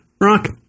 Rock